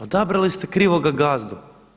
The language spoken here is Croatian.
Odabrali ste krivoga gazdu.